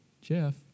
Jeff